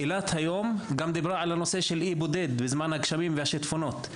היא גם דיברה על הנושא של אי בודד בזמן הגשמים והשיטפונות.